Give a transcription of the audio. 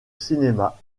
cinéma